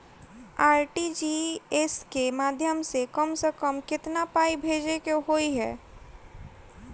RTGS केँ माध्यम सँ कम सऽ कम केतना पाय भेजे केँ होइ हय?